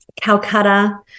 Calcutta